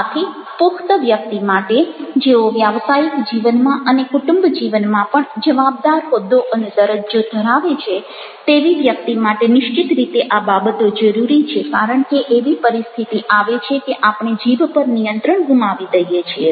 આથી પુખ્ત વ્યક્તિ માટે જેઓ વ્યાવસાયિક જીવનમાં અને કુટુંબ જીવનમાં પણ જવાબદાર હોદ્દો અને દરજ્જો ધરાવે છે તેવી વ્યક્તિ માટે નિશ્ચિત રીતે આ બાબતો જરૂરી છે કારણ કે એવી પરિસ્થિતિ આવે છે કે આપણે જીભ પર નિયંત્રણ ગુમાવી દઈએ છીએ